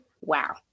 Wow